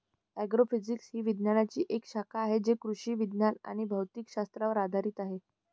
agrophysics ही विज्ञानाची एक शाखा आहे जी कृषी विज्ञान आणि भौतिक शास्त्रावर आधारित आहे